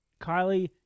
Kylie